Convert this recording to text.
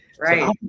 Right